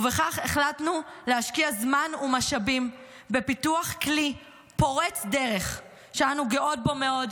וכך החלטנו להשקיע זמן ומשאבים בפיתוח כלי פורץ דרך שאנו גאות בו מאוד,